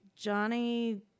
Johnny